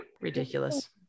Ridiculous